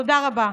תודה רבה.